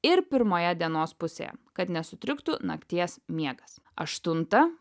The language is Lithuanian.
ir pirmoje dienos pusėje kad nesutriktų nakties miegas aštunta